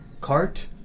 cart